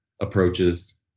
approaches